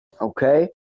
Okay